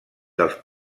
dels